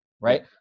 right